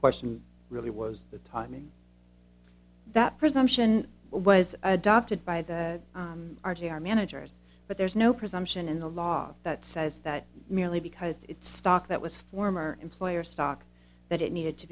question really was the timing that presumption was adopted by the r g r managers but there's no presumption in the law that says that merely because it's stock that was former employer stock that it needed to